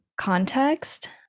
context